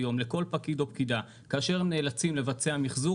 לכל פקיד או פקידה כאשר נאלצים לבצע מחזור